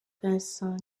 vincent